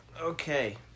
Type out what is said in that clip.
Okay